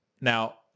Now